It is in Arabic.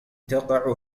تقع